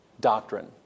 doctrine